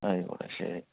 ആയിക്കോട്ടെ ശരി